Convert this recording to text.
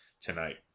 tonight